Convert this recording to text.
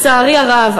לצערי הרב,